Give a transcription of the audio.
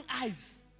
eyes